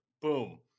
boom